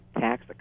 tax